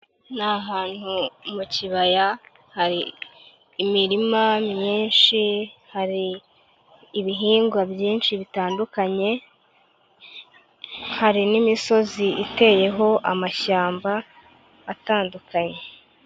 Ni ahantu mu kibaya hari imirima myinshi, hari ibihingwa byinshi bitandukanye, hari n'imisozi iteyeho amashyamba atandukanye.